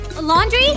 Laundry